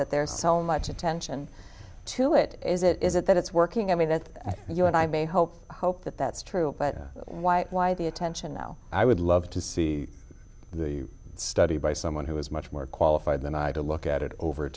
that they're selling much attention to it is it is it that it's working i mean that and you and i may hope hope that that's true but why why the attention now i would love to see the study by someone who is much more qualified than i to look at it over